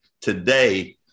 Today